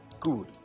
Good